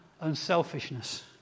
unselfishness